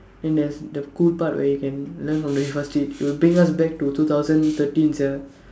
then there's the cool part where you can learn from the Fifa street you will bring us back to two thousand thirteen sia